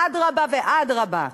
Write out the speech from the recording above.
אדרבה ואדרבה.